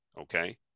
Okay